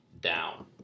down